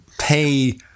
pay